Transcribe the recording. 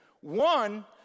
One